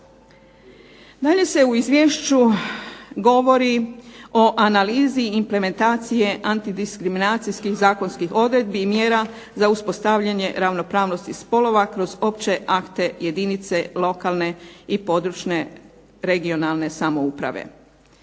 Dalje se u Izvješću govori o analizi implementacije antidiskriminacijskih zakonskih odredbi i mjera za uspostavljanje ravnopravnosti spolova kroz opće akte jedinice lokalne samouprave.